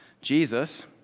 jesus